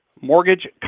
mortgage